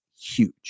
huge